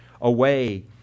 away